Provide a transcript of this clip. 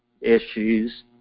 issues